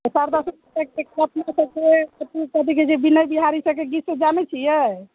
शारदा सिन्हा कथी कहैत छै विनय बिहारी सभकेँ गीत सभ जानैत छियै